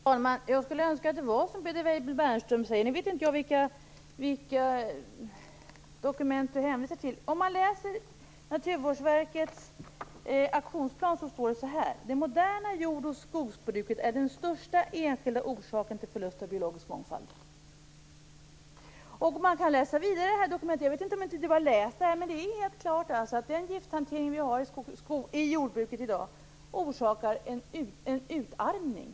Fru talman! Jag skulle önska att det var som Peter Weibull Bernström säger. Nu vet inte jag vilka dokument han hänvisar till. I Naturvårdsverkets aktionsplan står det så här: Det moderna jord och skogsbruket är den största enskilda orsaken till förlust av biologisk mångfald. Man kan läsa vidare i det här dokumentet - jag vet inte om Peter Weibull Bernström inte har läst det - och det står helt klart att den gifthantering vi har i jordbruket i dag orsakar en utarmning.